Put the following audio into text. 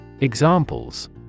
Examples